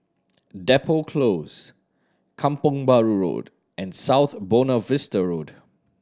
Depot Close Kampong Bahru Road and South Buona Vista Road